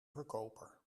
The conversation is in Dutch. verkoper